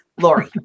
Lori